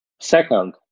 Second